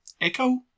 Echo